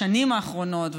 בשנים האחרונות,